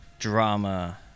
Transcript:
drama